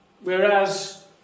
whereas